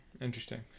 Interesting